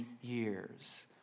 years